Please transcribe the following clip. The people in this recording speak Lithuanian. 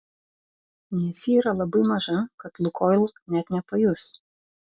nes ji yra labai maža kad lukoil net nepajus